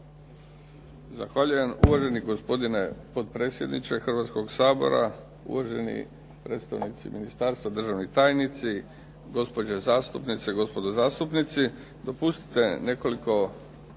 Zahvaljujem. Uvaženi gospodine potpredsjedniče Hrvatskoga sabora, uvaženi predstavnici ministarstva, državni tajnici, gospođe zastupnici, gospodo zastupnici. Dopustite nekoliko